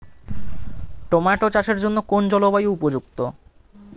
Tomato চাষের জন্য কোন জলবায়ু উপযুক্ত?